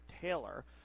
Taylor